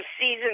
season